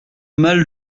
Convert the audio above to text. mal